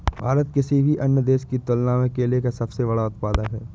भारत किसी भी अन्य देश की तुलना में केले का सबसे बड़ा उत्पादक है